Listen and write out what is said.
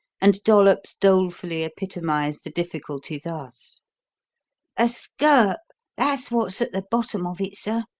and dollops dolefully epitomized the difficulty thus a skirt that's what's at the bottom of it, sir.